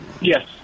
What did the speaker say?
Yes